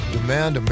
Demand